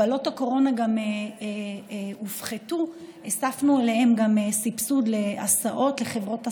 כשהגבלות הקורונה פחתו הוספנו להם גם סבסוד לחברות היסעים,